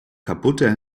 kaputte